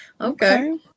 okay